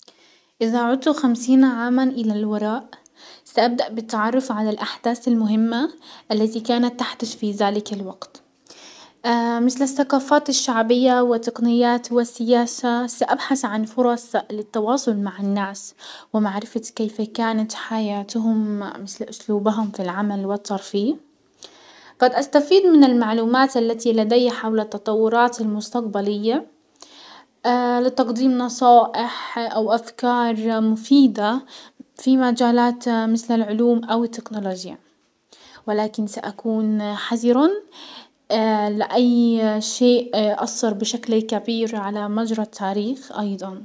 ازا عدت خمسين عاما الى الوراء سابدأ بالتعرف على الاحداث المهمة التي كانت تحدث في زلك الوقت مسل السقافات الشعبية والتقنيات والسياسة سابحث عن فرص للتواصل مع الناس ومعرفة كيف كانت حياتهم مسل اسلوبهم في العمل والترفيه. قد استفيد من المعلومات التي لدي حول التطورات المستقبلية لتقديم نصائح او افكار مفيدة في مجالات مسل العلوم او التكنولوجيا، ولكن ساكون حذرا لاي شيء اسر بشكل كبير على مجرى التاريخ ايضا.